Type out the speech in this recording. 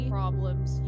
problems